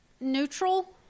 neutral